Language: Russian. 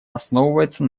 основывается